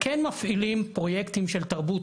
כן מפעילים פרויקטים של תרבות,